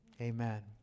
Amen